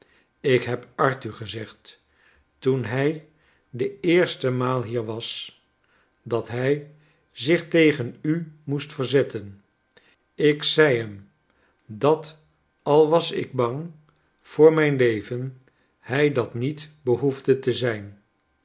ik heb arthur gezegd toen hij de eerste maal hier was dat hij zich tegen u moest verzetten ik zei hem dat al was ik bang voor mijn leven hij dat niet behoefde te zijn